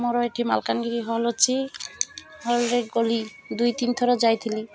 ମୋର ଏଇଠି ମାଲକାନଗିରି ହଲ୍ ଅଛି ହଲ୍ରେ ଗଲି ଦୁଇ ତିନିଥର ଯାଇଥିଲି